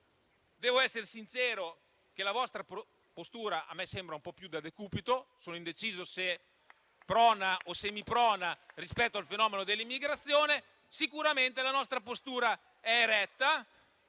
devo essere sincero, la vostra postura a me sembra un po' più da decubito, sono indeciso se prona o semiprona rispetto al fenomeno dell'immigrazione. Sicuramente la nostra postura è eretta,